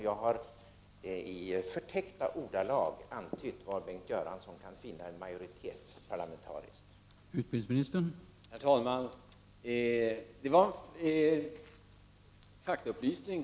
Jag har i förtäckta ordalag antytt var Bengt Göransson kan finna en parlamentarisk majoritet.